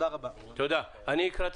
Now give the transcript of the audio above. אני אקרא את